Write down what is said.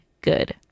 good